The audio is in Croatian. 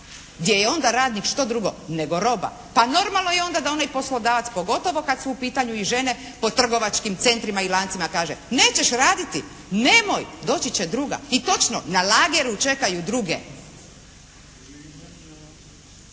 gdje je onda radnik što drugo nego roba. Pa normalno je onda da onaj poslodavac pogotovo kada su u pitanju i žene po trgovačkim centrima i lancima kaže, nećeš raditi, nemoj. Doći će druga. I točno. Na lageru čekaju druge.